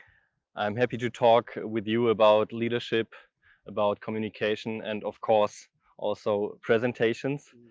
i'm happy to talk with you about leadership about communication and of course also presentations.